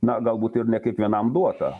na galbūt ir ne kiekvienam duota